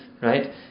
right